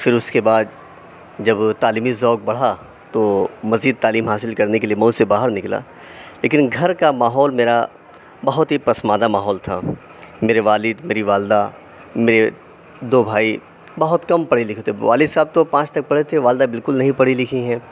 پھر اس کے بعد جب تعلیمی ذوق بڑھا تو مزید تعلیم حاصل کرنے کے لیے مئو سے باہر نکلا لیکن گھر کا ماحول میرا بہت ہی پسماندہ ماحول تھا میرے والد میری والدہ میرے دو بھائی بہت کم پڑھے لکھے تھے والد صاحب تو پانچ تک پڑھے تھے والدہ بالکل نہیں پڑھی لکھی ہیں